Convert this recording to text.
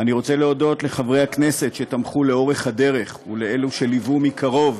אני רוצה להודות לחברי הכנסת שתמכו לאורך הדרך ולאלו שליוו מקרוב,